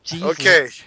okay